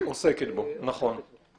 עוסקת בו ולא ועדת הכלכלה.